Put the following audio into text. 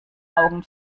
augen